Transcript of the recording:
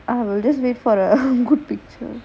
got a special code